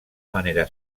manera